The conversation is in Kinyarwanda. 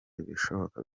ibishoboka